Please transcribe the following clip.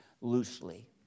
loosely